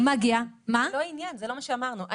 זה לא מה שאמרנו.